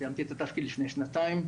סיימתי את התפקיד לפני שנתיים.